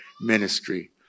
Ministry